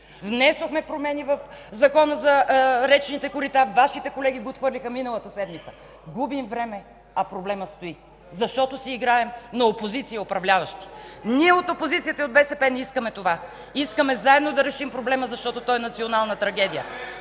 внесохме промени в Закона за речните корита, Вашите колеги го отхвърлиха миналата седмица. Губим време, а проблемът стои. Защото си играем на опозиция и управляващи. Ние от опозицията и от БСП не искаме това, искаме заедно да решим проблема, защото той е национална трагедия.